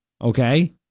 Okay